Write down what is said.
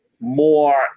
more